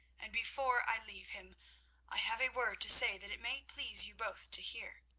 and before i leave him i have a word to say that it may please you both to hear.